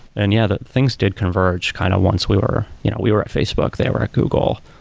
and yeah, that things did converge kind of once we were you know we were at facebook, they were at google,